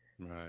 Right